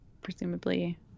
presumably